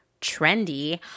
trendy